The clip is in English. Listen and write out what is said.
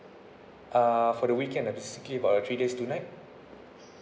ah for the weekend and basically about a three days two night